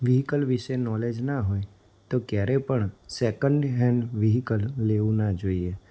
vehicle વિષે knowledge ન હોય તો ક્યારેય પણ સેકન્ડ હેન્ડ વિહીકલ લેવું ના જોઈએ